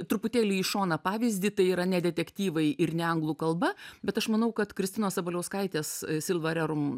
truputėlį į šoną pavyzdį tai yra ne detektyvai ir ne anglų kalba bet aš manau kad kristinos sabaliauskaitės silva rerum